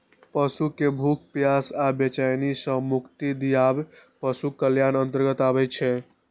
पशु कें भूख, प्यास आ बेचैनी सं मुक्ति दियाएब पशु कल्याणक अंतर्गत आबै छै